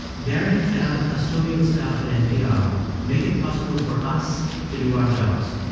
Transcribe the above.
derek and other custodial staff at npr make it possible for us to do our jobs.